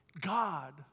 God